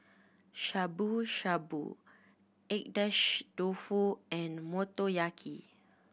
Shabu Shabu Agedashi Dofu and Motoyaki